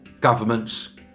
governments